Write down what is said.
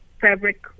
fabric